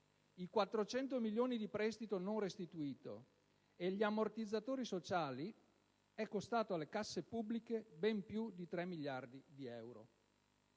i 400 milioni di euro di prestito non restituito e gli ammortizzatori sociali, è costato alle casse pubbliche ben più di 3 miliardi di euro.